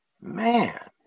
Man